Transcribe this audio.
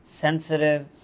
sensitive